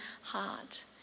heart